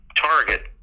Target